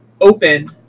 open